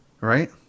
Right